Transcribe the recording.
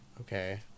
Okay